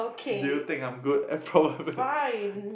do you think I'm good at